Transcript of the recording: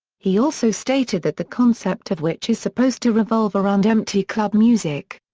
he also stated that the concept of which is supposed to revolve around empty club music.